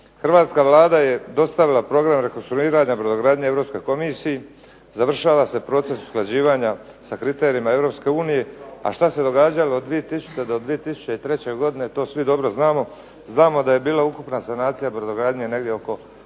Hrvatska vlada je dostavila program rekonstruiranja brodogradnje Europskoj komisiji, završava se proces usklađivanja sa kriterijima Europske unije. A što se događalo od 2000. do 2003. godine to svi skupa znamo. Znamo da je bila ukupna sanacija brodogradnje negdje oko 8,5